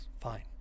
Fine